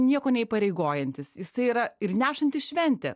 nieko neįpareigojantis jisai yra ir nešantis šventę